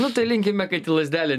nu tai linkime kad į lazdelę